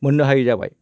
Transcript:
मोननो हायि जाबाय